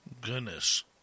Goodness